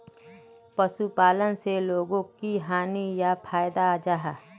पशुपालन से लोगोक की हानि या फायदा जाहा?